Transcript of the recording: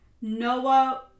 Noah